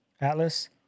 Atlas